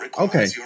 Okay